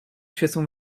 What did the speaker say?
świecą